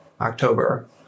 october